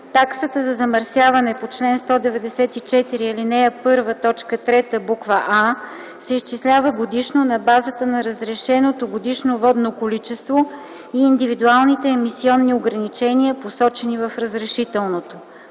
таксата за замърсяване по чл. 194, ал. 1, т. 3, буква „а” се изчислява годишно на базата на разрешеното годишно водно количество и индивидуалните емисионни ограничения, посочени в разрешителното.